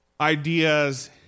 ideas